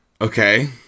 Okay